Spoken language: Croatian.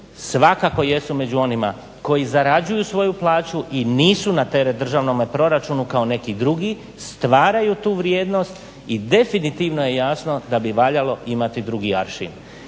svakako jesu među onima koji zarađuju svoju plaću i nisu na teret državnom proračunu kao neki drugi, stvaraju tu vrijednost i definitivno je jasno da bi valjalo imati drugi aršin.